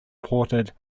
ported